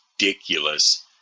ridiculous